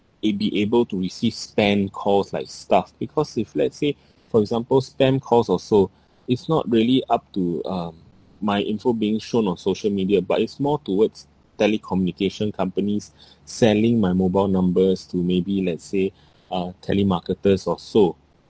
a~ be able to receive spam calls like stuff because if let's say for example spam calls or so it's not really up to uh my info being shown on social media but it's more towards telecommunication companies selling my mobile numbers to maybe let's say uh telemarketers or so